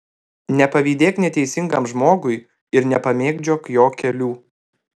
nepavydėk neteisingam žmogui ir nepamėgdžiok jo kelių